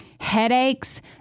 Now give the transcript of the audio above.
Headaches